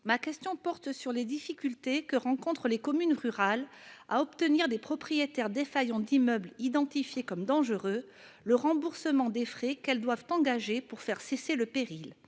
ma question porte sur les difficultés que rencontrent les communes rurales à obtenir des propriétaires défaillants d'immeubles identifiés comme dangereux le remboursement des frais qu'elles doivent engager pour faire cesser le péril.